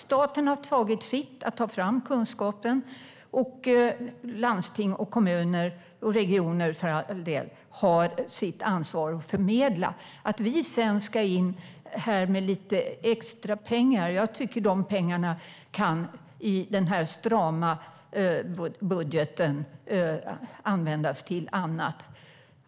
Staten har tagit sitt ansvar och tagit fram kunskapen, och landsting, kommuner och regioner har ett ansvar för att förmedla den. När det gäller att vi ska gå in med lite extra pengar tycker jag att pengarna i denna strama budget kan användas till annat.